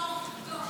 תגזור אותו, תתלוש.